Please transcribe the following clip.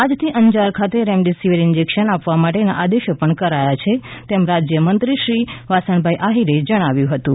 આજથી અંજાર ખાતે remdesivir injection આપવા માટેના આદેશો પણ કરાયા છે તેમ રાજ્યમંત્રીશ્રી વાસણભાઈ આહિરે જણાવ્યું હતું